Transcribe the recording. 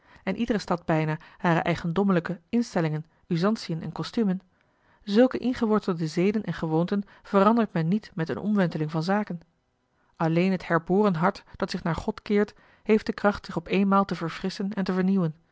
en iedere stad bijna hare eigendommelijke instellingen usantiën en kostumen zulke ingewortelde zeden en gewoonten verandert men niet met eene omwenteling van zaken alleen het herboren hart dat zich naar god keert heeft de kracht zich op eenmaal te verfrisschen en te vernieuwen